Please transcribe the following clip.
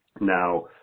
Now